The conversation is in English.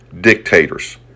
dictators